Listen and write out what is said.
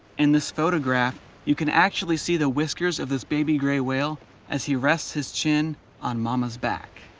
in this photograph, you can actually see the whiskers of this baby gray whale as he rests his chin on mama's back.